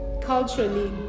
culturally